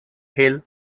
hill